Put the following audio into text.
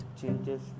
changes